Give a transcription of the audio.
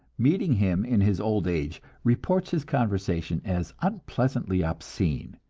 meeting him in his old age, reports his conversation as unpleasantly obscene,